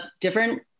different